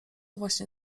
właśnie